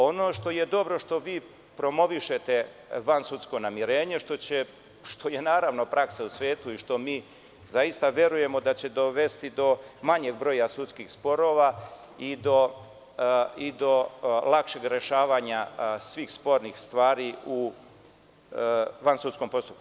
Ono što je dobro što vi promovišete vansudsko namirenje što je naravno praksa u svetu i što mi zaista verujemo da će dovesti do manjeg broja sudskih sporova i do lakšeg rešavanja svih spornih stvari u vansudskom postupku.